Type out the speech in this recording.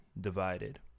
divided